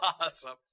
Awesome